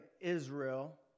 Israel